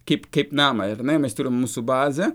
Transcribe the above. kaip kaip namą ar ne mes turim mūsų bazę